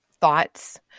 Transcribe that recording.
thoughts